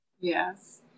Yes